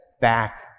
back